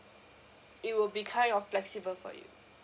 it will be kind of flexible for you